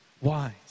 Wise